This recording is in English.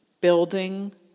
building